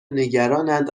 نگرانند